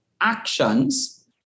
actions